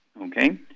okay